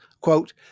Quote